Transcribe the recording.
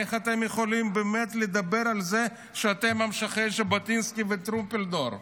איך אתם יכולים באמת לדבר על זה שאתם ממשיכי ז'בוטינסקי וטרומפלדור?